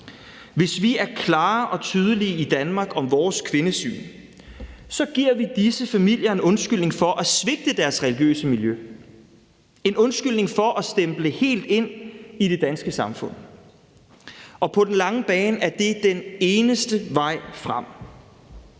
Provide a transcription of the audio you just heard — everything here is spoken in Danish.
Hvis vi er klare og tydelige i Danmark om vores kvindesyn, så giver vi disse familier en undskyldning for at svigte deres religiøse miljø, en undskyldning for at stemple helt ind i det danske samfund. Og på den lange bane er det den eneste vej frem.